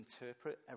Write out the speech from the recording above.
interpret